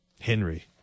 Henry